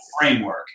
framework